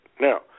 Now